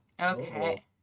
Okay